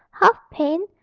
half pain,